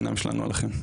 העיניים שלנו עליכם.